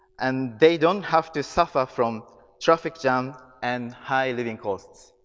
and they don't have to suffer from traffic jam and high living costs.